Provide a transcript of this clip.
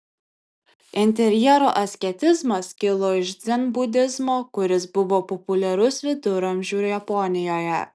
interjero asketizmas kilo iš dzenbudizmo kuris buvo populiarus viduramžių japonijoje